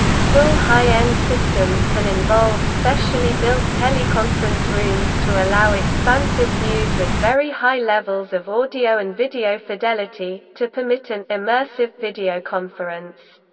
full high-end systems can involve specially built teleconference rooms to allow expansive views with very high levels of audio and video fidelity, to permit an immersive videoconference.